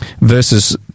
verses